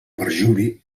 perjuri